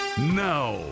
Now